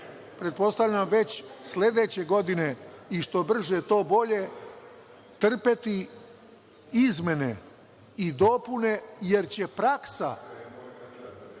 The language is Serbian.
pretpostavljam već sledeće godine i što brže to bolje, trpeti izmene i dopune, jer će praksa